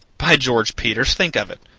by george, peters, think of it!